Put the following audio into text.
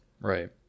Right